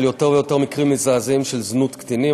יותר ויותר מקרים מזעזעים של זנות קטינים.